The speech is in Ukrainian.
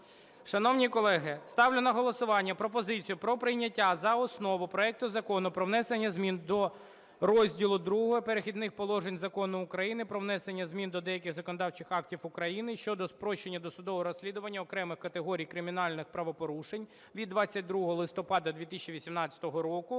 Шановні колеги, ставлю на голосування пропозицію про прийняття за основу проекту Закону про внесення змін до Розділу ІІ "Перехідних положень" Закону України "Про внесення змін до деяких законодавчих актів України щодо спрощення досудового розслідування окремих категорій кримінальних правопорушень" від 22 листопада 2018 року